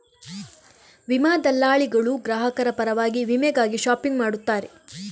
ವಿಮಾ ದಲ್ಲಾಳಿಗಳು ಗ್ರಾಹಕರ ಪರವಾಗಿ ವಿಮೆಗಾಗಿ ಶಾಪಿಂಗ್ ಮಾಡುತ್ತಾರೆ